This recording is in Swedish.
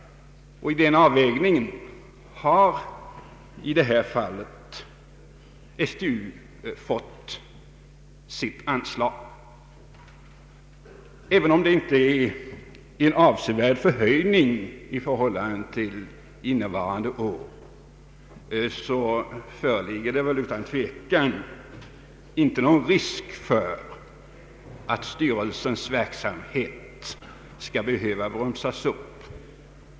Efter den avvägningen har nu STU fått sitt anslag. även om det inte innebär någon avsevärd förhöjning i förhållande till innevarande år så föreligger det utan tvekan inte nå gon risk för att styrelsens verksamhet skall behöva bromsas upp.